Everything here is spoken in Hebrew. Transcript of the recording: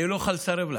אני לא אוכל לסרב לה,